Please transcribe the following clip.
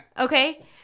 Okay